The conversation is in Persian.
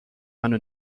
منو